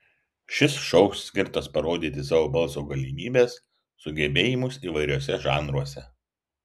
šis šou skirtas parodyti savo balso galimybes sugebėjimus įvairiuose žanruose